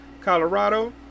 Colorado